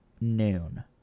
noon